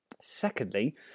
Secondly